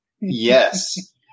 Yes